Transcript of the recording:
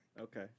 Okay